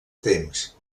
temps